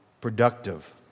productive